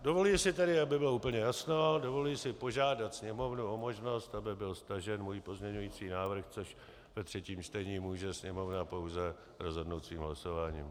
Dovoluji si tedy, aby bylo úplně jasno, dovoluji si požádat Sněmovnu o možnost, aby byl stažen můj pozměňující návrh, což ve třetím čtení může Sněmovna pouze rozhodnout svým hlasováním.